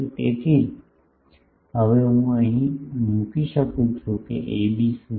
તેથી જ હવે હું અહીં મૂકી શકું છું કે એબી શું છે